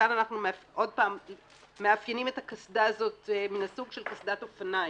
כאן מאפיינים את הקסדה הזו מהסוג של קסדת אופניים.